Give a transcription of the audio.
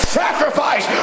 sacrifice